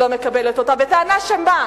לא מקבלת אותו, בטענה שמה?